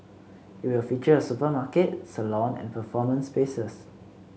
it will features a supermarket salon and performance spaces